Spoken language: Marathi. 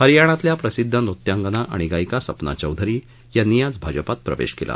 हरयाणतल्या प्रसिद्ध नृत्यागंना आणि गायिका सपना चौधरी यांनी आज भाजपात प्रवेश केला